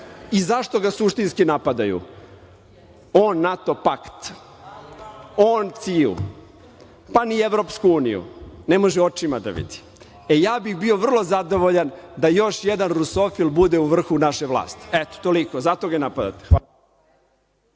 i zašto ga suštinski napadaju? On NATO pakt, on CIA-u, pa ni EU ne može očima da vidi. E, ja bih bio vrlo zadovoljan da još jedan rusofil bude u vrhu naše vlasti. Eto, toliko, zato ga i napadate. Hvala.